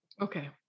Okay